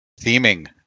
theming